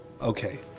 Okay